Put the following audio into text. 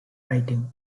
writing